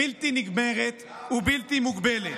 בלתי נגמרת ובלתי מוגבלת,